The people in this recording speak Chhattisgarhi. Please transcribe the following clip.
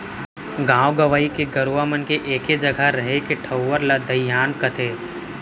गॉंव गंवई के गरूवा मन के एके जघा रहें के ठउर ला दइहान कथें